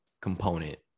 component